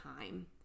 time